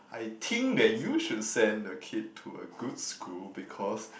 I think that you should send the kid to a good school because